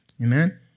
Amen